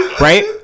Right